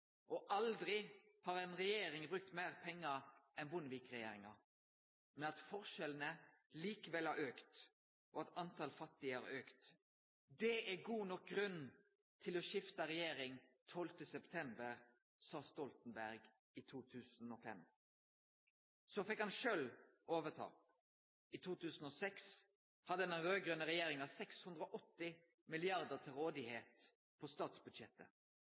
Bondevik-regjeringa, aldri har ei regjering brukt meir pengar enn Bondevik-regjeringa, at forskjellane likevel har auka, og at talet på fattige har auka. Det er ein god nok grunn til å skifte regjering 12. september, sa Stoltenberg i 2005. Så fekk han sjølv ta over. I 2006 hadde den raud-grøne regjeringa 680 mrd. kr til rådigheit på statsbudsjettet.